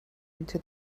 into